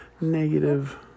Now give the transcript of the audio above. negative